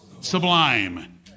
sublime